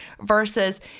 Versus